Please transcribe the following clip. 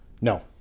no